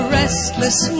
restless